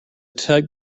type